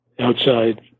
outside